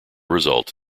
result